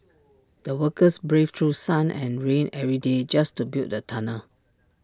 the workers braved through sun and rain every day just to build the tunnel